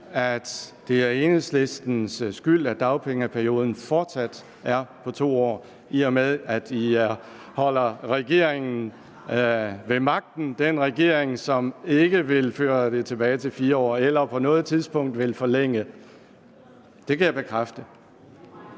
at det er Enhedslistens skyld, at dagpengeperioden fortsat er på 2 år, i og med at de holder regeringen ved magten – den regering, som ikke vil føre det tilbage til 4 år eller på noget tidspunkt vil forlænge. Det kan jeg bekræfte.